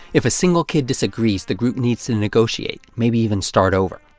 if a single kid disagrees, the group needs to negotiate, maybe even start over.